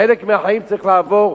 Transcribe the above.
חלק מהחיים צריכים לעבור.